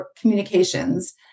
communications